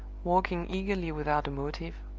walking eagerly without a motive,